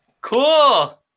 Cool